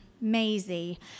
Maisie